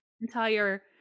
entire